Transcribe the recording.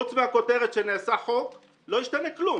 חוץ מהכותרת שנעשה חוק, לא ישתנה כלום.